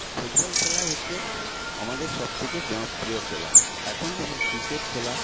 football খেলাই হচ্ছে আমাদের সব থেকে জনপ্রিয় খেলা এখন যেমন ক্রিকেট খেলা